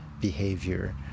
behavior